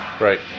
right